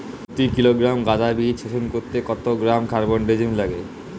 প্রতি কিলোগ্রাম গাঁদা বীজ শোধন করতে কত গ্রাম কারবানডাজিম লাগে?